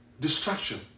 distraction